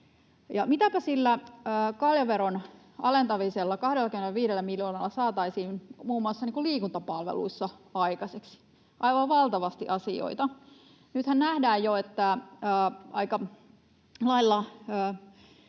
mitäpä sillä kaljaveron alentamisella 25 miljoonalla saataisiin muun muassa liikuntapalveluissa aikaiseksi? Aivan valtavasti asioita. Nythän nähdään jo, että aika lailla